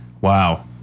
wow